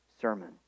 sermon